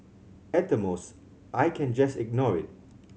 at the most I can just ignore it